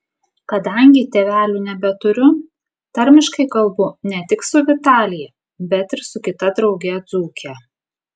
kadangi tėvelių nebeturiu tarmiškai kalbu ne tik su vitalija bet ir su kita drauge dzūke